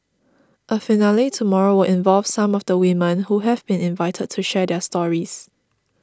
a finale tomorrow will involve some of the women who have been invited to share their stories